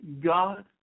God